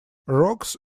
rogues